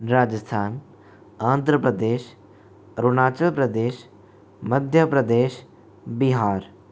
Rajasthan Andhra Pradesh Arunachal Pradesh Madhya Pradesh Bihar